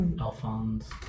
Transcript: Alphonse